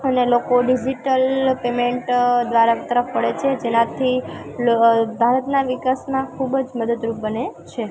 અને લોકો digital payment દ્વારા તરફ વળે છે જેનાથી લો ભારતના વિકાસના ખૂબ જ મદદરૂપ બને છે